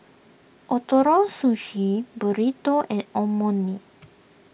Ootoro Sushi Burrito and